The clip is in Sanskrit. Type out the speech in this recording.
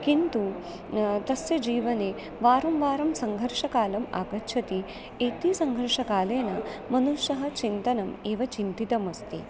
किन्तु तस्य जीवने वारं वारं सङ्घर्षकालम् आगच्छति इति सङ्घर्षकालेन मनुष्यः चिन्तनम् एव चिन्तितमस्ति